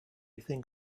think